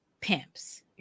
pimps